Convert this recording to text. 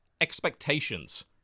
expectations